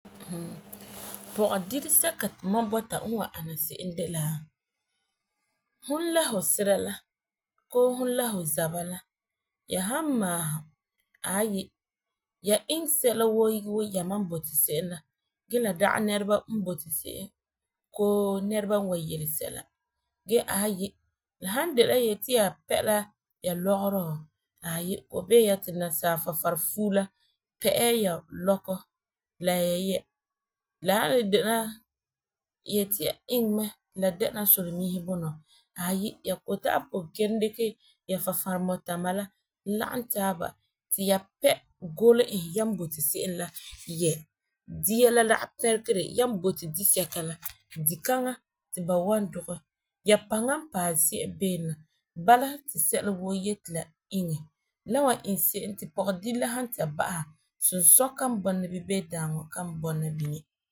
Pɔgedire sɛka ti mam bɔta n wan ana se'em de la hu la hu sira la koo hu la hu zaba la. Ya han maalum ya iŋɛ sɛla woo wuu yama n boti se'em la gee la dagena nɛreba n boti se'em koo nɛreba n wan yele sɛla. Gee ya han de la ya yeti ya pɛ la ya lɔgerɔ ko behe ya ti NASA Farefari fuu la pɛ ya ya lɔkɔ la ya yɛ. La han le de la ya yeti ya iŋɛ mɛ ti la de la solemiihe bunɔ ya kɔ'ɔm ta'am dikɛ ya Farefari lɔkɔ la lagum taaba ti ya pɛ golum e ya boti se"'em la yɛ. Dia la dagi pɛregerɛ, ya boti disɛka la, di kaŋa ti ba wan dugɛ. Ya paŋa n paɛ zi'an beene la bala ti sɛla woo yeti la iŋɛ. La wan iŋɛ se'em ti pugedire la han ta ba'aha, sunsɔ ka bɔna bini bii daaŋɔ kan bɔna bini.